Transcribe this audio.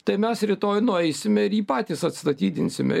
tai mes rytoj nueisime ir jį patys atstatydinsime